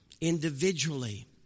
individually